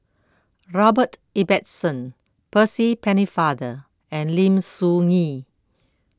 Robert Ibbetson Percy Pennefather and Lim Soo Ngee